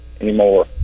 anymore